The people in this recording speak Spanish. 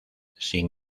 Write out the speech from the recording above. sin